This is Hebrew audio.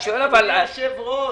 אבל אדוני היושב-ראש,